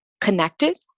connected